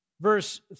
verse